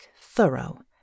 thorough